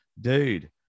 dude